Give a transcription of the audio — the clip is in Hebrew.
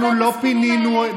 אנחנו לא פינינו את היישובים האלה,